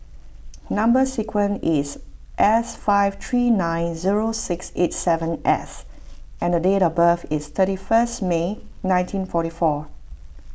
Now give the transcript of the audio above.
Number Sequence is S five three nine zero six eight seven S and date of birth is thirty first May nineteen forty four